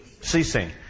Ceasing